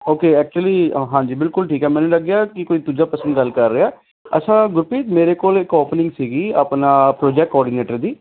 okay actually ਹਾਂਜੀ ਬਿਲਕੁਲ ਠੀਕ ਹੈ ਮੈਨੂੰ ਲੱਗਿਆ ਕਿ ਕੋਈ ਦੂਜਾ ਪਰਸਨ ਗੱਲ ਕਰ ਰਿਹਾ ਅੱਛਾ ਗੁਰਪ੍ਰੀਤ ਮੇਰੇ ਕੋਲ ਇੱਕ ਓਪਨਿੰਗ ਸੀਗੀ ਆਪਣਾ ਪ੍ਰੋਜੈਕਟ ਕੋਆਡੀਨੇਟਰ ਦੀ